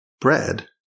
bread